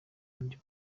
undi